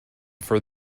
for